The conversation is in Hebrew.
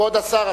כבוד השר,